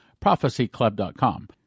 prophecyclub.com